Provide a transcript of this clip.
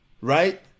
Right